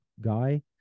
guy